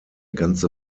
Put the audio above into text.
ganze